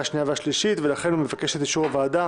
השנייה והשלישית ולכן מבקשים את אישור הוועדה